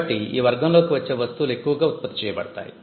కాబట్టి ఈ వర్గంలోకి వచ్చే వస్తువులు ఎక్కువగా ఉత్పత్తి చేయబడతాయి